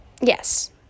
yes